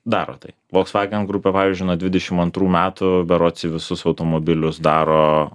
daro tai volkswagen group jau pavyzdžiui nuo dvidešimt antrų metų berods į visus automobilius daro